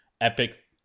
epic